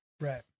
Right